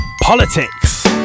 Politics